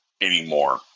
anymore